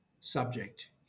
subject